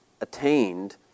attained